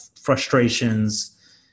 frustrations